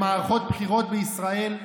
במערכות בחירות בישראל,